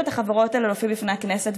את החברות הללו להופיע לפני הכנסת,